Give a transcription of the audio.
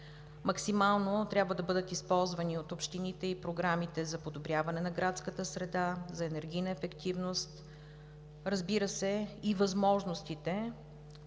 Максимално трябва да бъдат използвани от общините и програмите за подобряване на градската среда, за енергийна ефективност, разбира се, и възможностите,